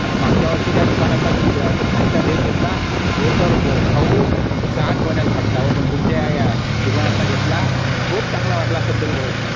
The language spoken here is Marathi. आणि मागच्या वर्षी त्या दुकानातला खालचा डेस घेतला तो तर भा भाऊ सात महिन्यात फाटला हो पण तुमच्या या दुकानातला घेतला खूप चांगला वाटला संतनूभाऊ